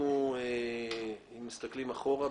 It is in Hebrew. אם מסתכלים אחורה,